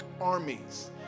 armies